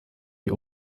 die